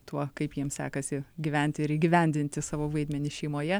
tuo kaip jiems sekasi gyventi ir įgyvendinti savo vaidmenį šeimoje